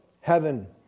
heaven